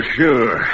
sure